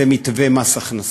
זה מתווה מס הכנסה,